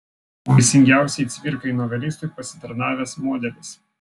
vaisingiausiai cvirkai novelistui pasitarnavęs modelis